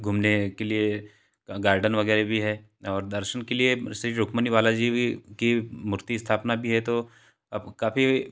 घूमने के लिए गार्डन वगैरह भी हैं और दर्शन के लिए श्री रुक्मणी बालाजी भी की मूर्ति स्थापना भी है तो अब काफ़ी